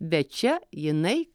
bet čia jinai